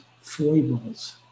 foibles